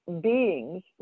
beings